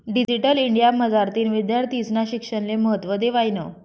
digital India मझारतीन विद्यार्थीस्ना शिक्षणले महत्त्व देवायनं